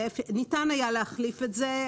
ניתן היה להחליף את זה.